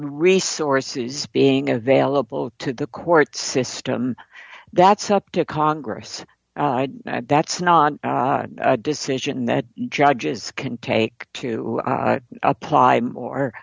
resources being available to the court system that's up to congress that's not a decision that judges can take to apply more